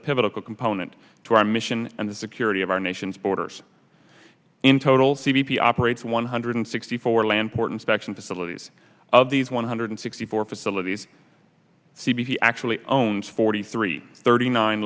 pivotal component to our mission and the security of our nation's borders in total c b p operates one hundred sixty four land port inspection facilities of these one hundred sixty four facilities c b c actually owns forty three thirty nine